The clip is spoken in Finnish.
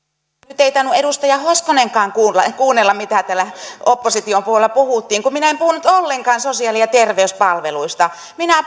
nyt ei tainnut edustaja hoskonenkaan kuunnella mitä täällä opposition puolella puhuttiin kun minä en puhunut ollenkaan sosiaali ja terveyspalveluista minä